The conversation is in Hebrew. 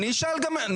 נו, אני אשאל גם אותו.